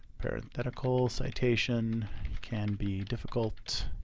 parenthetical citation can be difficult